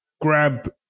grab